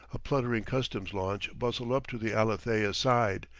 a pluttering customs launch bustled up to the alethea's side,